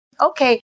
okay